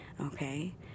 Okay